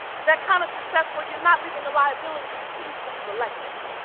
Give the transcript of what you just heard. that kind of success where you're not leaving the liability, you choose to leave a legacy.